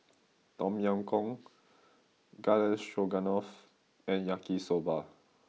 Tom Yam Goong Garden Stroganoff and Yaki soba